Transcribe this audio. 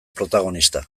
protagonista